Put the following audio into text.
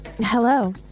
Hello